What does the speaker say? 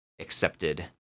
accepted